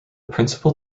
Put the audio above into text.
principal